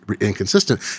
inconsistent